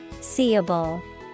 Seeable